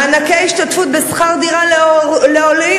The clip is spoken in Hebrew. מענקי השתתפות בשכר דירה לעולים,